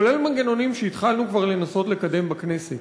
כולל מנגנונים שהתחלנו כבר לנסות לקדם בכנסת.